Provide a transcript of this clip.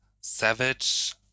savage